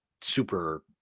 super